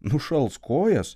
nušals kojas